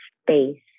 space